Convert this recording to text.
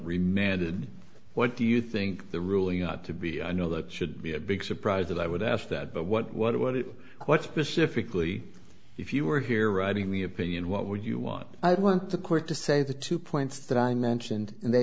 added what do you think the ruling ought to be i know that should be a big surprise that i would ask that but what what it what it what specifically if you were here writing the opinion what would you want i want the court to say the two points that i mentioned